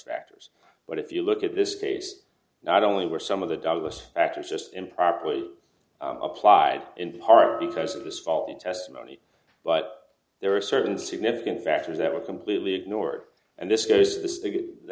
factors but if you look at this case not only were some of the douglas factors just improperly applied in part because of this faulty testimony but there are certain significant factors that were completely ignored and this